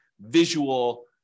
visual